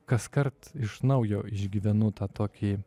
kaskart iš naujo išgyvenu tą tokį